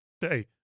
Hey